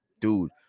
dude